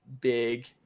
big